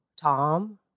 Tom